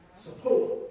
support